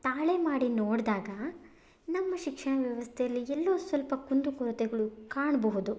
ತಾಳೆ ಮಾಡಿ ನೋಡಿದಾಗ ನಮ್ಮ ಶಿಕ್ಷಣ ವ್ಯವಸ್ಥೆಯಲ್ಲಿ ಎಲ್ಲೋ ಸ್ವಲ್ಪ ಕುಂದು ಕೊರತೆಗಳು ಕಾಣಬಹುದು